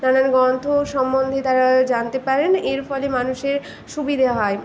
নানান গ্রন্থ সম্বন্ধে তারা জানতে পারেন এর ফলে মানুষের সুবিধে হয়